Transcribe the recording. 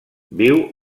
viu